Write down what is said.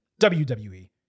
WWE